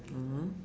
mm